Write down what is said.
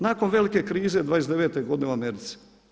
Nakon velike krize 29. godine u Americi.